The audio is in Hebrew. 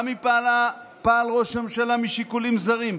גם אם פעל ראש הממשלה משיקולים זרים,